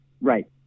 Right